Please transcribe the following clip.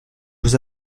vous